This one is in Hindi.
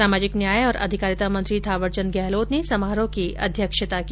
सामाजिक न्याय और अधिकारिता मंत्री थावरचंद गहलोत ने समारोह की अध्यक्षता की